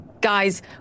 guys